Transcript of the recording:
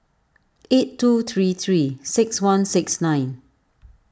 eight two three three six one six nine